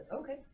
Okay